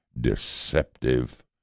deceptive